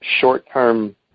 short-term